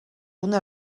una